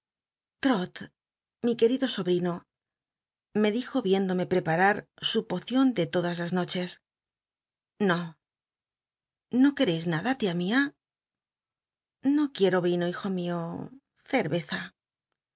mi quciido sobrino me dijo riéndome prepai ll su pocion de todas las noches no no quc cis nada tia mia no quiero rino hijo mio ceryeza